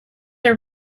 are